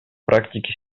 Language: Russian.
практике